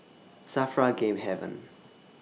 SAFRA Game Haven